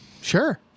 Sure